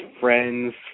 friends